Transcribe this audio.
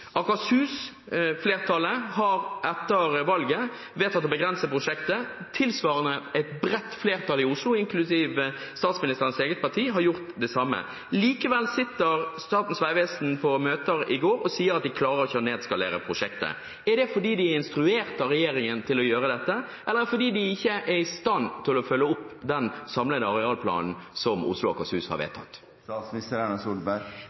Flertallet i Akershus har etter valget vedtatt å begrense prosjektet. Tilsvarende har et bredt flertall i Oslo, inklusive statsministerens eget parti, gjort det samme. Likevel satt Statens vegvesen på møter i går og sa at de ikke klarer å nedskalere prosjektet. Er det fordi de er instruert av regjeringen til å gjøre dette, eller fordi de ikke er i stand til å følge opp den samlede arealplanen som Oslo og Akershus har